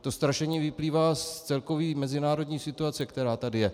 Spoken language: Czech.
To strašení vyplývá z celkové mezinárodní situace, která tady je.